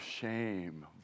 shame